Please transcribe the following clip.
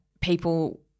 people